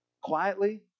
quietly